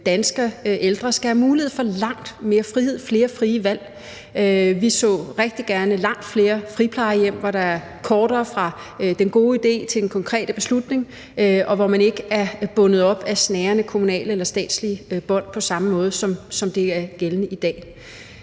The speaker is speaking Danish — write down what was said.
danske ældre skal have mulighed for langt mere frihed og have flere frie valg. Vi så rigtig gerne langt flere friplejehjem, hvor der er kortere fra den gode idé til den konkrete beslutning, og hvor man ikke på samme måde, som det er gældende i dag,